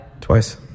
Twice